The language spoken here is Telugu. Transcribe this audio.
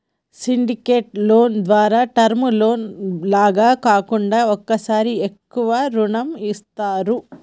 సిండికేటెడ్ లోను ద్వారా టర్మ్ లోను లాగా కాకుండా ఒకేసారి ఎక్కువ రుణం ఇస్తారు